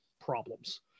problems